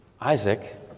Isaac